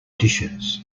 dishes